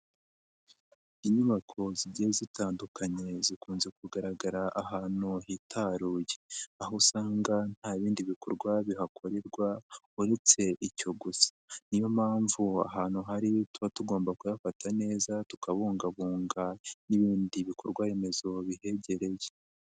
Inyubako zigiye zitandukanye zikunze kugaragara ahantu hitaruye aho usanga nta bindi bikorwa bihakorerwa uretse icyo gusa niyo mpamvu ahantu hari tuba tugomba kuyafata neza tukabungabunga n'ibindi bikorwaremezo bihegereye.